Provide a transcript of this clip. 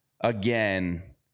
again